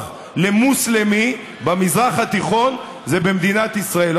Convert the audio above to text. למוסלמי במזרח התיכון זה מדינת ישראל.